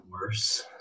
worse